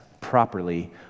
properly